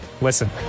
Listen